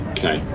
Okay